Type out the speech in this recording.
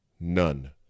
none